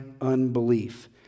unbelief